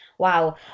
wow